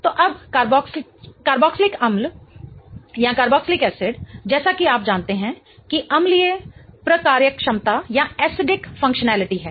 तो अब कार्बोक्जिलिकअम्ल जैसा कि आप जानते हैं कि अम्लीय प्रकार्यक्षमता है